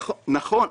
נכון,